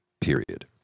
period